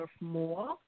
more